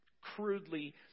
crudely